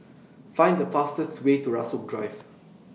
Find The fastest Way to Rasok Drive